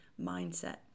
mindset